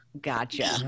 Gotcha